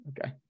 Okay